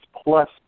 plus